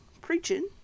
preaching